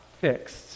fixed